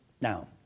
Now